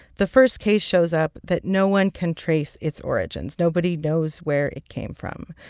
the first case shows up that no one can trace its origins. nobody knows where it came from,